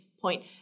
point